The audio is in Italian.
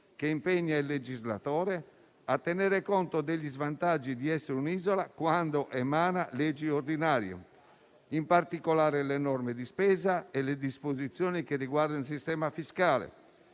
che impegna il legislatore a tenere conto degli svantaggi di essere un'isola quando emana leggi ordinarie. In particolare, le norme di spesa e le disposizioni che riguardano il sistema fiscale